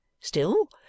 Still